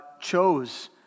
chose